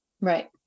Right